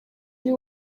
uri